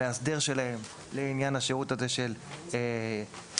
המאסדר שלהם לעניין השירות הזה של מתן